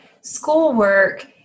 schoolwork